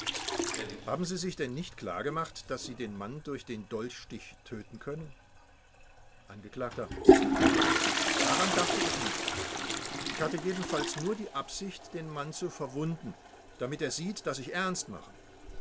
haben sie sich denn nicht klargemacht daß sie den mann durch den dolchstich töten können angekl daran dachte ich nicht ich hatte jedenfalls nur die absicht den mann zu verwunden damit er sieht daß ich ernst mache